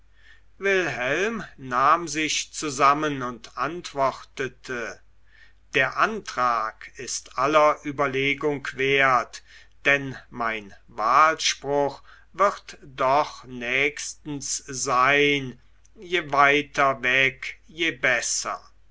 wilhelm nahm sich zusammen und antwortete der antrag ist aller überlegung wert denn mein wahlspruch wird doch nächstens sein je weiter weg desto besser